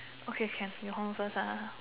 okay can you hold on first ah